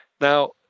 Now